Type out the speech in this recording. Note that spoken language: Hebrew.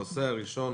הנושא הראשון